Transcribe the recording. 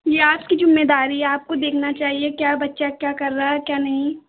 यह आपकी ज़िम्मेदारी है आपको देखना चाहिए क्या बच्चा कर रहा है क्या नहीं